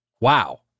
Wow